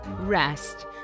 rest